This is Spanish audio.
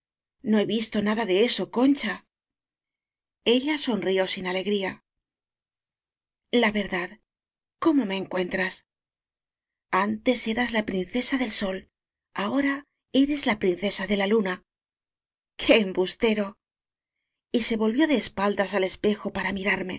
no he visto nada de eso concha ella sonrió sin alegría la verdad cómo me encuentras antes eras la princesa del sol ahora eres la princesa de la luna qué embustero y se volvió de espaldas al espejo para mi